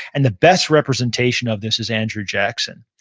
and the best representation of this is andrew jackson.